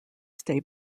stay